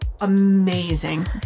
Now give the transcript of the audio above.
amazing